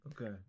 okay